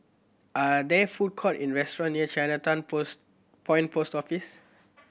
are there food courts in restaurants near Chinatown Post Point Post Office